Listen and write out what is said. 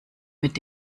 mit